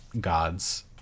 gods